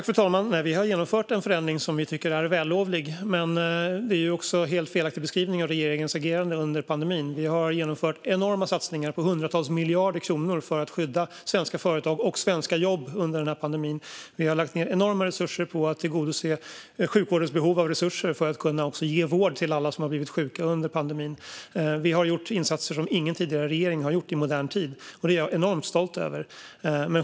Fru talman! Nej, vi har genomfört den förändring som vi tycker är vällovlig. Det är också en helt felaktig beskrivning av regeringens agerande under pandemin. Vi har genomfört enorma satsningar på hundratals miljarder kronor för att skydda svenska företag och svenska jobb under pandemin. Vi har lagt ned enorma resurser på att tillgodose sjukvårdens behov av resurser för att kunna ge vård till alla som har blivit sjuka under pandemin. Vi har gjort insatser som ingen tidigare regering har gjort i modern tid, och det är jag enormt stolt över.